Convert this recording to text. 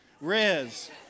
Riz